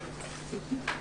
אשמח לדבר.